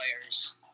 players